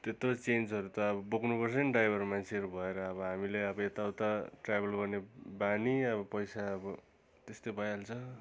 त्यत्रो चेन्जहरू त अब बोक्नुपर्छ नि ड्राइभर मान्छेहरू भएर अब हामीले अब यता उता ट्राभल गर्ने बानी अब पैसा अब त्यस्तै भइहाल्छ